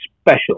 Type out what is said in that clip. special